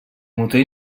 motor